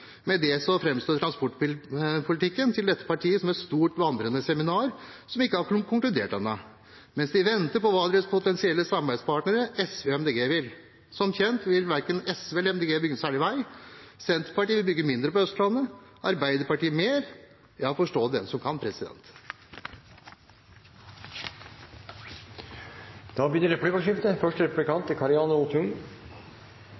planen. Med dette framstår transportpolitikken til dette partiet som et stort, vandrende seminar, som ikke har konkludert ennå – mens de venter på hva deres potensielle samarbeidspartnere, SV og MDG, vil. Som kjent vil verken SV eller MDG bygge noe særlig vei. Senterpartiet vil bygge mindre på Østlandet, Arbeiderpartiet mer. Forstå det, den som kan! Det blir replikkordskifte.